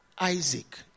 Isaac